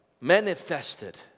manifested